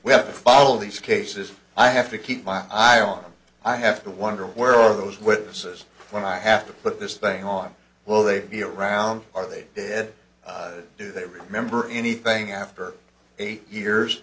to follow these cases i have to keep my eye on them i have to wonder where are those witnesses when i have to put this thing on will they be around are they good do they remember anything after eight years